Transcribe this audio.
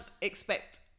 expect